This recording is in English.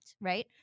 right